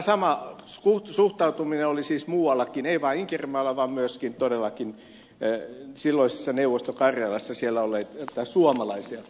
tätä samaa suhtautumista oli siis muuallakin ei vain inkerinmaalla vaan myöskin todellakin silloisessa neuvosto karjalassa siellä olleita suomalaisia kohtaan